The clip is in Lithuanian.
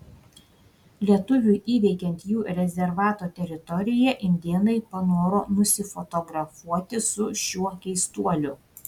lietuviui įveikiant jų rezervato teritoriją indėnai panoro nusifotografuoti su šiuo keistuoliu